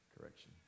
correction